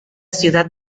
ciudad